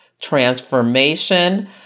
transformation